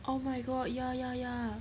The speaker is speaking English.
oh my god ya ya ya